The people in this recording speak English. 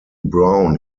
brown